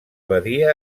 badia